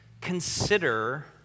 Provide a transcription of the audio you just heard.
Consider